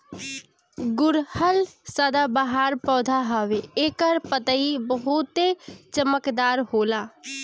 गुड़हल सदाबाहर पौधा हवे एकर पतइ बहुते चमकदार होला